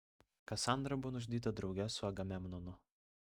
kasandra buvo nužudyta drauge su agamemnonu